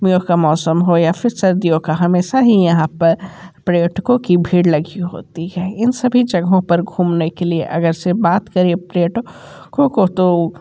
का मौसम हो या फिर सर्दियों का हमेशा ही यहाँ पर पर्यटकों की भीड़ लगी होती है इन सभी जगहों पर घूमने के लिए अगर से बात करें पर्यटकों को तो